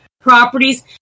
properties